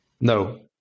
No